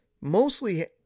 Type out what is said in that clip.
mostly